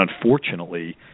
unfortunately